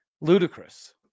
ludicrous